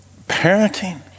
Parenting